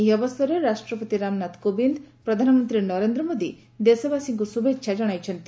ଏହି ଅବସରରେ ରଷ୍ଟ୍ରପତି ରାମନାଥ କୋବିନ୍ଦ ପ୍ରଧାନମନ୍ତୀ ନରେନ୍ଦ୍ର ମୋଦି ଦେଶବାସୀଙ୍କୁ ଶୁଭେଛା ଜଶାଇଛନ୍ତି